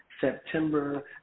September